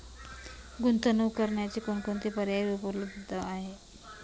गुंतवणूक करण्याचे कोणकोणते पर्याय उपलब्ध आहेत?